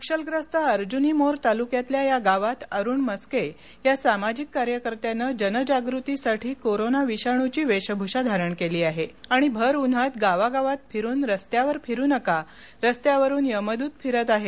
नक्षलग्रस्त अर्जूनी मोर तालुक्यातल्या या गावात अरुण मस्के या सामाजिक कार्यकर्त्याने जनजागृतीसाठी कोरोना विषाणूची वेशभूषा धारण केली आहे आणि भर उन्हात गावागावांमध्ये फिरून रस्त्यावर फिरु नका रस्त्यावरून यमदुत फिरत आहे